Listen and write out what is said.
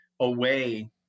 away